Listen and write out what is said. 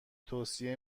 توصیه